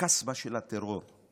הקסבה של הטרור?